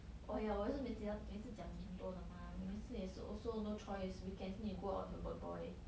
oh ya 我也是每次要每次讲你很多的 mah 你每次 also no choice weekends need to go out with your boy boy